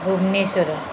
Bhubaneswar